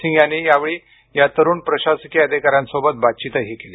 सिंग यांनी यावेळी या तरुण प्रशासकीय अधिकाऱ्यांसोबत बातचीतही केली